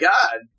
God